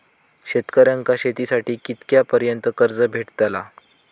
शेतकऱ्यांका शेतीसाठी कितक्या पर्यंत कर्ज भेटताला?